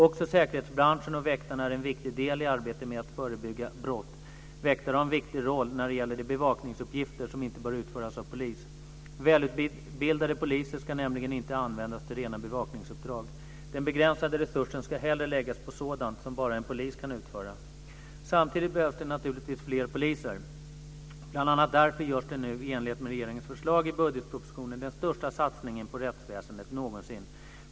Också säkerhetsbranschen och väktarna är en viktig del i arbetet med att förebygga brott. Väktare har en viktig roll när det gäller de bevakningsuppgifter som inte bör utföras av polis. Välutbildade poliser ska nämligen inte användas till rena bevakningsuppdrag. Den begränsade resursen ska hellre läggas på sådant som bara en polis kan utföra. Samtidigt behövs det naturligtvis fler poliser. Bl.a. därför görs nu i enlighet med regeringens förslag i budgetpropositionen den största satsningen på rättsväsendet någonsin.